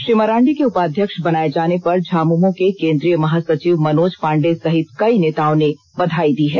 श्री मरांडी के उपाध्यक्ष बनाए जाने पर झामुमो के केन्द्रीय महासचिव मनोज पांडे सहित कई नेताओं ने बधाई दी है